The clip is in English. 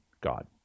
God